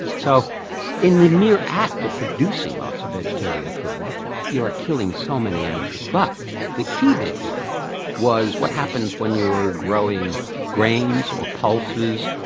so in the mere act of producing lots of vegetarian food you are killing so many animals. but the key bit here was what happens when you are growing grains or pulses.